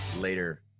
later